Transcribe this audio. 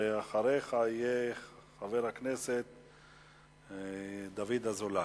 אחריך ידבר חבר הכנסת דוד אזולאי,